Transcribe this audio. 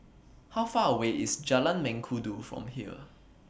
How Far away IS Jalan Mengkudu from here